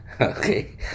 Okay